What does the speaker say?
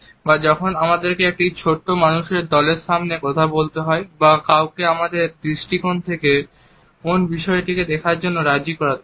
বা যখন আমাদেরকে একটি ছোট মানুষের দলের সামনে কথা বলতে হয় বা কাউকে আমাদের দৃষ্টিকোণ থেকে কোন বিষয়কে দেখার জন্য রাজি করাতে হয়